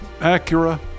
Acura